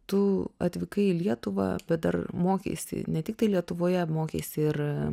tu atvykai į lietuvą bet dar mokeisi ne tiktai lietuvoje mokeisi ir